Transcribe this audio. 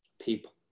People